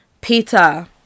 peter